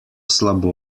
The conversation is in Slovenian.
slabo